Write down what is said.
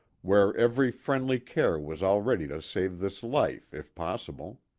where every friendly care was all ready to save this life, if possible.